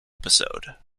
episode